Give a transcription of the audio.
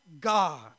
God